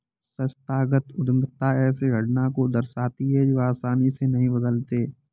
संस्थागत उद्यमिता ऐसे घटना को दर्शाती है जो आसानी से नहीं बदलते